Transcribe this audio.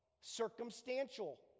circumstantial